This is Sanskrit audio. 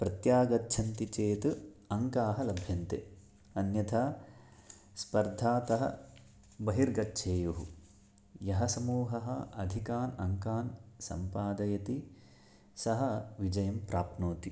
प्रत्यागच्छन्ति चेत् अङ्काः लभ्यन्ते अन्यथा स्पर्धातः बहिर्गच्छेयुः यः समूहः अधिकान् अङ्कान् सम्पादयति सः विजयं प्राप्नोति